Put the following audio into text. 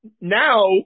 Now